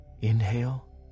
Inhale